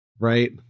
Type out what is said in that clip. Right